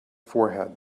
forehead